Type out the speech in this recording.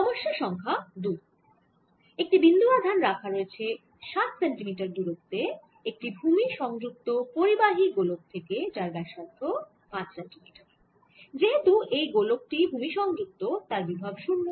সমস্যা সংখ্যা দুই একটি বিন্দু আধান রাখা হয়েছে 7 সেন্টিমিটার দূরত্বে একটি ভুমি সংযুক্ত পরিবাহী গোলক থেকে যার ব্যাসার্ধ 5 সেন্টিমিটার যেহেতু এই গোলক টি ভুমি সংযুক্ত তার বিভব শূন্য